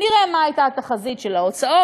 נראה מה הייתה התחזית של ההוצאות,